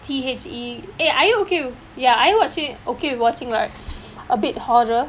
T H E eh are you okay with ya are you watching okay with watching like a bit horror